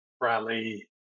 rally